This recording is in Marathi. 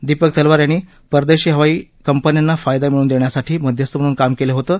दीपक तलवार यांनी परदेशी हवाई कंपन्यांना फायदा मिळवून देण्यासाठी मध्यस्थ म्हणून काम केलं होतं